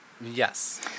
Yes